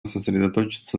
сосредоточиться